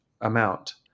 amount